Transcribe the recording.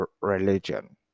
religion